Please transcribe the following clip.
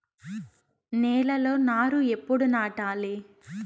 నేలలో నారు ఎప్పుడు నాటాలి?